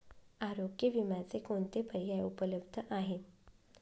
आरोग्य विम्याचे कोणते पर्याय उपलब्ध आहेत?